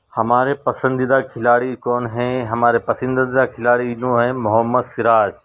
ہمارے پسندیدہ کھلاڑی کون ہیں ہمارے پسندیدہ کھلاڑی ان ہیں محمد سراج